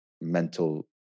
mental